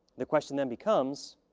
the question then becomes,